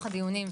בתוך הדיונים,